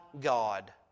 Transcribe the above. God